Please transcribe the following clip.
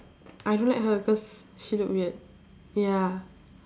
I don't like her because she look weird ya